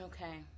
Okay